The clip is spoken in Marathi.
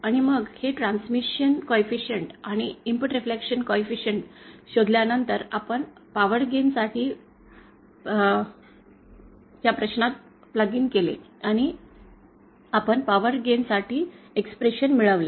आणि मग हे ट्रान्समिशन कॉफीशण्ट आणि इनपुट रिफ्लेक्शन कॉफीशण्ट शोधल्या नंतर आपण ते पॉवर गेन साठी प्रश्नात प्लग केले आणि आपण पॉवर गेन साठी एक्स्प्रेशन मिळवली